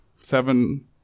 seven